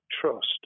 trust